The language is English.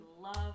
love